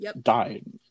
died